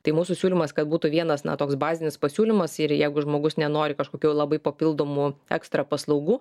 tai mūsų siūlymas kad būtų vienas na toks bazinis pasiūlymas ir jeigu žmogus nenori kažkokių labai papildomų ekstra paslaugų